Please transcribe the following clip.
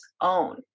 own